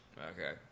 Okay